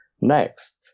next